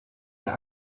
der